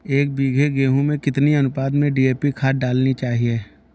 एक बीघे गेहूँ में कितनी अनुपात में डी.ए.पी खाद डालनी चाहिए?